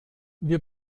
wir